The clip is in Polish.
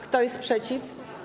Kto jest przeciw?